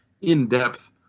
in-depth